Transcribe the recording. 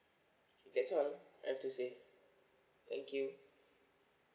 that's all I have to say thank you